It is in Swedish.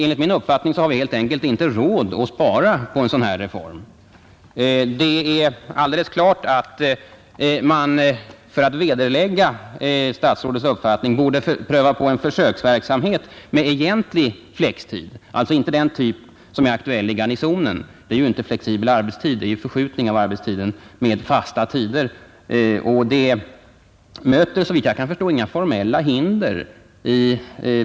Enligt min uppfattning har vi helt enkelt inte råd att spara på en sådan här reform. Det är alldeles klart att man för att vederlägga statsrådets uppfattning borde ha en försöksverksamhet med egentlig flextid, alltså inte den typ som är aktuell i Garnisonen. Där får man ju inte flexibel arbetstid utan förskjutning av arbetstiden med fasta tider. Det möter såvitt jag förstår inga formella hinder att införa flextid.